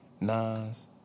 Nas